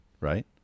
right